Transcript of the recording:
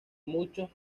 muchos